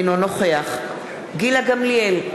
אינו נוכח גילה גמליאל,